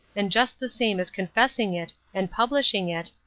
and just the same as confessing it and publishing it,